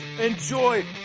Enjoy